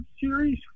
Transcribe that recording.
series